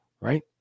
right